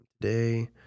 today